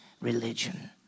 religion